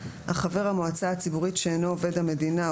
אך חבר המועצה הציבורית שאינו עובד המדינה,